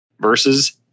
versus